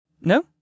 No